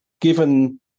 given